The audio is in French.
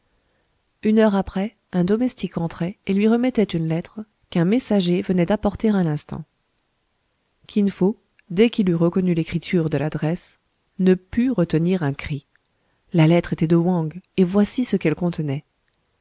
une heure après un domestique entrait et lui remettait une lettre qu'un messager venait d'apporter à l'instant kin fo dès qu'il eut reconnu l'écriture de l'adresse ne put retenir un cri la lettre était de wang et voici ce qu'elle contenait